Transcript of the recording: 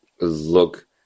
look